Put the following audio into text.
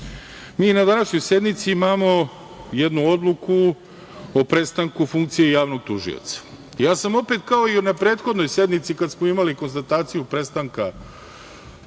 mi na današnjoj sednici imamo jednu odluku o prestanku funkcija javnog tužioca. Ja sam opet kao i na prethodnoj sednici kada smo imali konstataciju prestanka